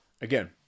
again